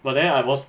but then I was